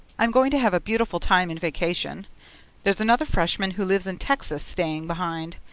i'm going to have a beautiful time in vacation there's another freshman who lives in texas staying behind,